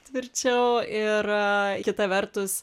tvirčiau ir kita vertus